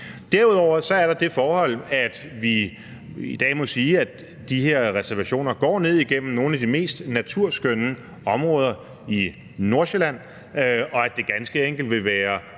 Derudover er der det forhold, at vi i dag må sige, at de her reservationer går ned igennem nogle af de mest naturskønne områder i Nordsjælland, og at det ganske enkelt vil være